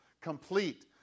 complete